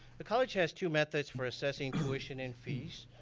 the college has two methods for assessing tuition and fees.